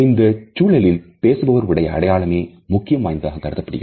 இந்தச் சூழலில் பேசுபவர் உடைய அடையாளமே முக்கியம் வாய்ந்ததாக கருதப்படுகிறது